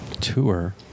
tour